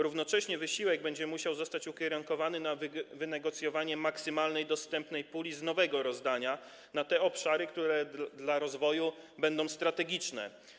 Równocześnie wysiłek będzie musiał zostać ukierunkowany na wynegocjowanie maksymalnej dostępnej puli z nowego rozdania na te obszary, które dla rozwoju będą strategiczne.